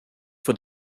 for